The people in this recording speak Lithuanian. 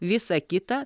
visa kita